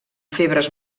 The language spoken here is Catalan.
febres